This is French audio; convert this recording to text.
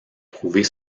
prouver